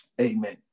Amen